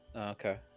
Okay